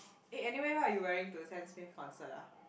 eh anyway what you wearing to Sam-Smith's concert ah